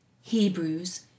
Hebrews